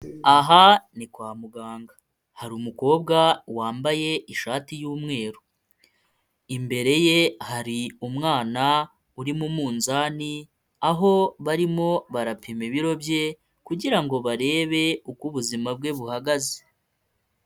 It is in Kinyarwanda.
Aha ni kwa muganga hari umukobwa wambaye ishati y'umweru, imbere ye hari umwana uri mu munzani aho barimo barapima ibiro bye kugira ngo barebe uko ubuzima bwe buhagaze.